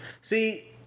See